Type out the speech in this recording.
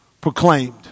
Proclaimed